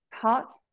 Parts